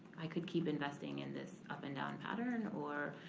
i could keep investing in this up and down pattern or